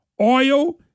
oil